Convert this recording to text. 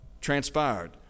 transpired